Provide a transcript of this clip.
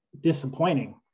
disappointing